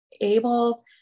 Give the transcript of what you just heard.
able